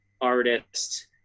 artists